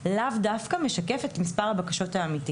לאו דווקא משקף את מספר הבקשות האמיתי.